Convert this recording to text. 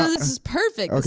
ah this is perfect,